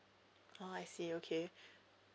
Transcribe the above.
oh I see okay